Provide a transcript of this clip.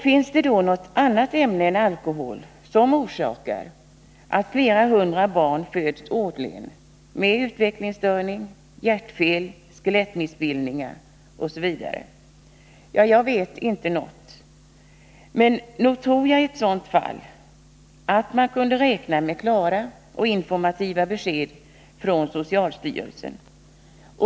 Finns det något annat ämne än alkohol som orsakar att flera hundra barn årligen föds med utvecklingsstörning, hjärtfel, skelettmissbildningar m.m.? Jag vet inte något. Men nog tror jag att man i ett sådant fall kunde räkna med klara och informativa besked från socialstyrelsen.